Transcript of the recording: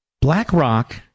BlackRock